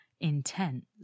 intense